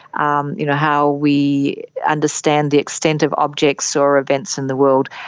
um you know how we understand the extent of objects or events in the world,